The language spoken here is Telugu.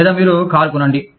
లేదా మీరు కారు కొనండి